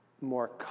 more